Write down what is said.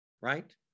right